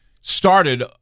started